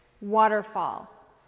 Waterfall